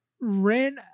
ran